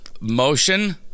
motion